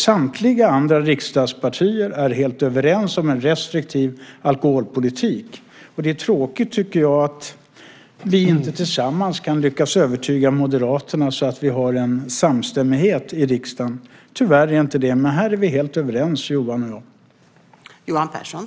Samtliga vi andra riksdagspartier är ju helt överens om en restriktiv alkoholpolitik. Jag tycker att det är tråkigt att vi inte tillsammans kan lyckas övertyga Moderaterna så att vi har en samstämmighet i riksdagen. Tyvärr har vi inte det, men här är Johan och jag helt överens.